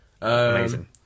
Amazing